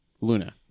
Luna